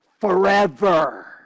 forever